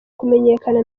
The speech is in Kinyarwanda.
kumenyekana